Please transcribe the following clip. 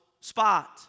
spot